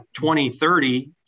2030